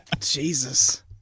jesus